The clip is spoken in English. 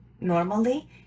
normally